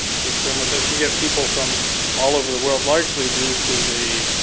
to swim with us. we get people from all over the world. largely due to the,